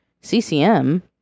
CCM